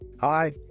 Hi